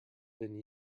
been